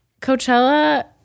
Coachella